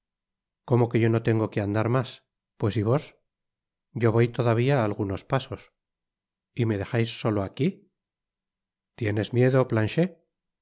como que yo no tengo que andar mas pues y vos yo voy todavía á algunos pasos y me dejais solo aquí tienes miedo planchet